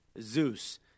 Zeus